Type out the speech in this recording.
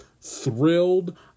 thrilled